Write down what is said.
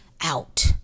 out